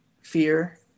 fear